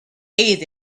ate